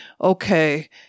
okay